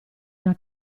una